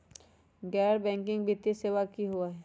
गैर बैकिंग वित्तीय सेवा की होअ हई?